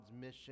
mission